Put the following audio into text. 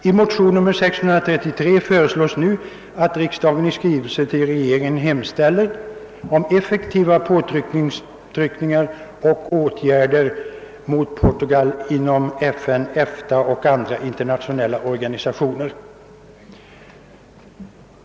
I motionen nr 633 föreslås att riksdagen i skrivelse till Kungl. Maj:t hemställer om effektiva påtryckningar och åtgärder mot Portugal inom FN, EFTA och andra internationella organisationer.